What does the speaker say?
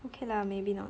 okay lah maybe not